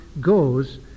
goes